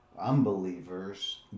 unbelievers